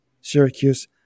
Syracuse